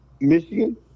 Michigan